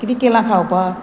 कितें केलां खावपा